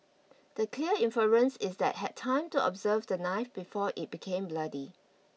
the clear inference is that had time to observe the knife before it became bloody